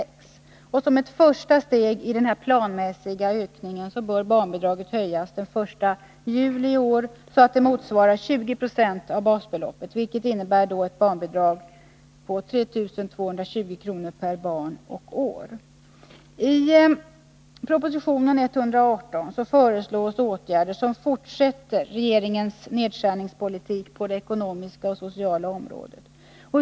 Som ett första steg i denna planmässiga ökning bör barnbidraget höjas den 1 juli i år, så att det motsvarar 20 96 av basbeloppet, vilket innebär ett barnbidrag på 3 220 kr. per barn och år. I proposition 118 föreslås åtgärder som fortsätter regeringens nedskärningspolitik på det ekonomiska och sociala området.